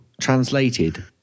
translated